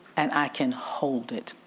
and i can hold it.